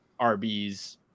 RBs